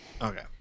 Okay